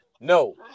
no